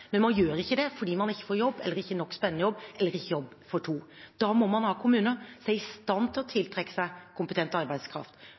men ikke gjør det fordi man ikke får jobb, eller ikke en nok spennende jobb, eller ikke jobb for to – at man må ha kommuner som er i stand til å